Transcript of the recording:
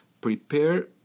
prepare